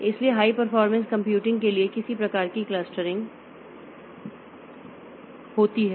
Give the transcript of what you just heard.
इसलिए high performance computing के लिए किसी प्रकार की क्लस्टरिंग होती है